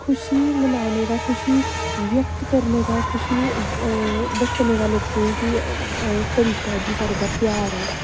खुशी मनाने दा खुशी व्यक्त करने दा खुशी दस्सने दा लोकें गी तरीका ऐ कि साढ़े घर ध्यार ऐ